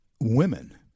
women